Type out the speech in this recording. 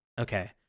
Okay